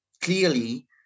clearly